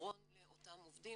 פתרון לאותם עובדים,